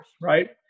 Right